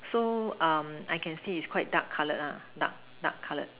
so um I can see is quite dark colored lah dark dark colored